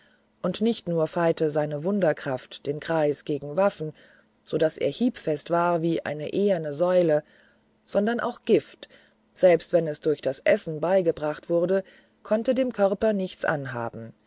und nicht nur feite seine wunderkraft den greis gegen waffen so daß er hiebfest war wie eine eherne säule sondern auch gift selbst wenn es durch das essen beigebracht wurde konnte dem körper nichts anhaben